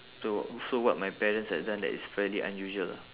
so so what my parents had done that is fairly unusual ah